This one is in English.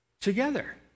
together